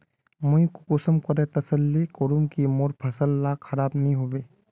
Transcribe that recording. मुई कुंसम करे तसल्ली करूम की मोर फसल ला खराब नी होबे?